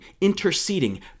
interceding